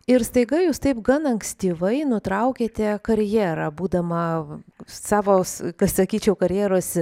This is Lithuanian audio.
ir staiga jūs taip gan ankstyvai nutraukiate karjerą būdama savos pasakyčiau karjeros